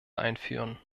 einführen